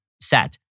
set